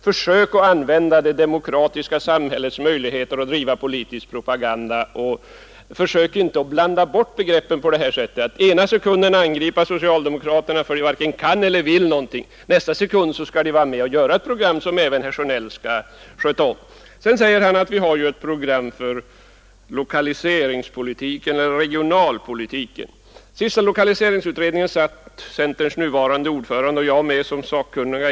Försök att använda det demokratiska samhällets möjligheter att driva politisk propaganda och försök inte blanda bort begreppen genom att den ena sekunden angripa socialdemokraterna för att de varken kan eller vill någonting och nästa sekund fordra att de skall vara med och genomföra ett program som herr Sjönell skall stå för! Sedan säger herr Sjönell att vi har ju ett program för lokaliseringspolitiken eller regionalpolitiken. I den senaste lokaliseringsutredningen satt centerns nuvarande ordförande och jag med som sakkunniga.